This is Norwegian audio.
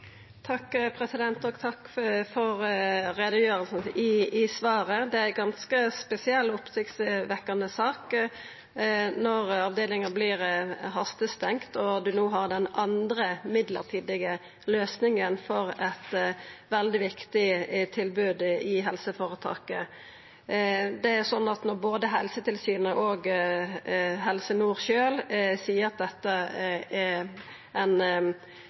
Takk for utgreiinga i svaret. Det er ei ganske spesiell og oppsiktsvekkjande sak når avdelinga vert hastestengd og ein no har den andre mellombelse løysinga for eit veldig viktig tilbod i helseføretaket. Når både Helsetilsynet og Helse Nord sjølv seier at dette inneber ein